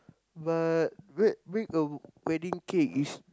but make make a wedding cake is